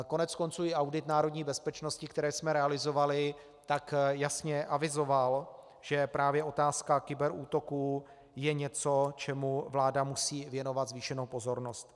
Koneckonců i audit národní bezpečnosti, který jsme realizovali, jasně avizoval, že právě otázka kyberútoků je něco, čemu vláda musí věnovat zvýšenou pozornost.